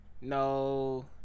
No